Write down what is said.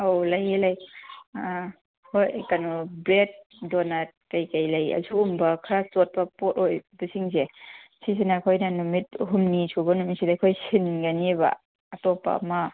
ꯑꯧ ꯂꯩꯌꯦ ꯂꯩꯌꯦ ꯑꯪ ꯍꯣꯏ ꯀꯩꯅꯣ ꯕ꯭ꯔꯦꯠ ꯗꯣꯅꯠ ꯀꯩꯀꯩ ꯂꯩ ꯑꯁꯤꯒꯨꯝꯕ ꯈꯔ ꯆꯣꯠꯄ ꯄꯣꯠ ꯑꯣꯏꯕꯁꯤꯡꯁꯦ ꯁꯤꯁꯤꯅ ꯑꯩꯈꯣꯏ ꯅꯨꯃꯤꯠ ꯍꯨꯝꯅꯤ ꯁꯨꯕ ꯅꯨꯃꯤꯠꯁꯤꯗ ꯑꯩꯈꯣꯏ ꯁꯤꯟꯒꯅꯦꯕ ꯑꯆꯣꯠꯄ ꯑꯃ